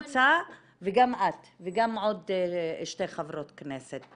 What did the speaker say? החקירה, וגם את וגם עוד שתי חברות כנסת,